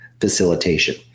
facilitation